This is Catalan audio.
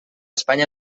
espanya